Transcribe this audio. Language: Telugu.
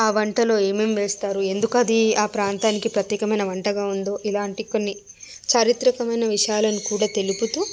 ఆ వంటలో ఏమేమి వేస్తారు ఎందుకది ఆ ప్రాంతానికి ప్రత్యేకమైన వంటగా ఉందో ఇలాంటి కొన్ని చారిత్రాత్మకమైన విషయాలను కూడా తెలుపుతూ